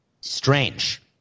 strange